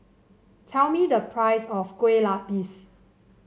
tell me the price of Kue Lupis